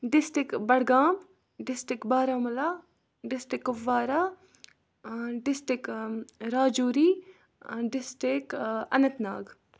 district Budgam district Baramulla district Kupwara district Rajouri district Anant Nag